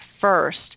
first